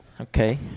Okay